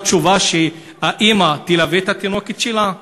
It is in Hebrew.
התשובה שהאימא תלווה את התינוקת שלה?